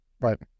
Right